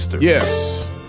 Yes